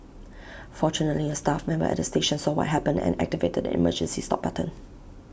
fortunately A staff member at the station saw what happened and activated the emergency stop button